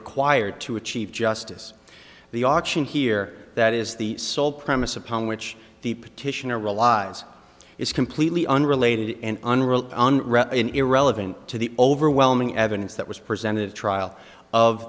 required to achieve justice the option here that is the sole premise upon which the petitioner real lives is completely unrelated and unreal in irrelevant to the overwhelming evidence that was presented at trial of